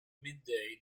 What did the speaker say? midday